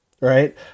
right